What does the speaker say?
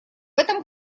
этом